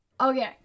Okay